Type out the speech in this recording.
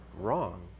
wrong